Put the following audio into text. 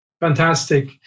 Fantastic